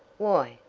why,